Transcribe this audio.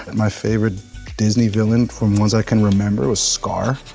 my favorite disney villain from ones i can remember was scar.